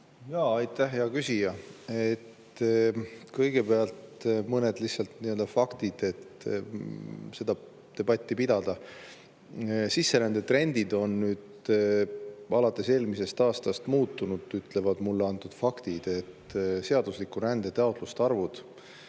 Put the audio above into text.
Aitäh, hea küsija! Kõigepealt mõned faktid, et seda debatti pidada. Sisserändetrendid on alates eelmisest aastast muutunud, ütlevad mulle antud faktid. Seadusliku rände taotluste arv,